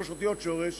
עם שלוש אותיות שורש